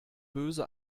böse